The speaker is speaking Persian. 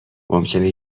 ممکنه